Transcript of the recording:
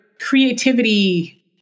creativity